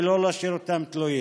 ולא להשאיר אותם תלויים.